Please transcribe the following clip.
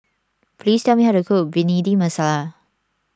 please tell me how to cook Bhindi Masala